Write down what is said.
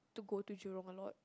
to go to Jurong a lot